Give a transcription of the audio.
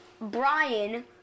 Brian